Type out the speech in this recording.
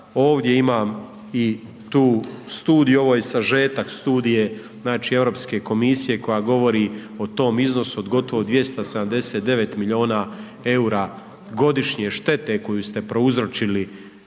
ovdje imam i tu studiju, ovo je sažetak studije, znači, Europske komisije koja govori o tom iznosu od gotovo 279 milijuna EUR-a štete koju ste prouzročili